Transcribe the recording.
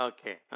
Okay